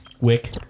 Wick